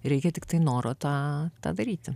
reikia tiktai noro tą tą daryti